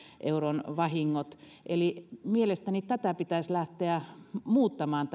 euron vahingot mielestäni tätä rajaa pitäisi lähteä muuttamaan